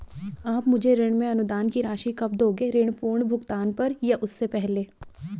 आप मुझे ऋण में अनुदान की राशि कब दोगे ऋण पूर्ण भुगतान पर या उससे पहले?